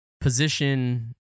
Position